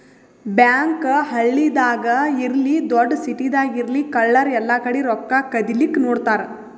bank ಹಳ್ಳಿದಾಗ್ ಇರ್ಲಿ ದೊಡ್ಡ್ ಸಿಟಿದಾಗ್ ಇರ್ಲಿ ಕಳ್ಳರ್ ಎಲ್ಲಾಕಡಿ ರೊಕ್ಕಾ ಕದಿಲಿಕ್ಕ್ ನೋಡ್ತಾರ್